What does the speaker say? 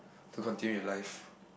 to continue with life